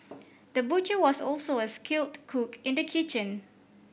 the butcher was also a skilled cook in the kitchen